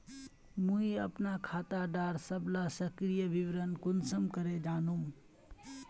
मुई अपना खाता डार सबला सक्रिय विवरण कुंसम करे जानुम?